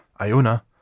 Iona